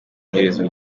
iherezo